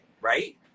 right